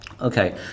Okay